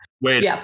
wait